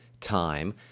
time